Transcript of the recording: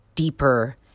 Deeper